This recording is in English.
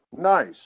Nice